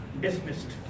dismissed